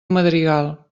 madrigal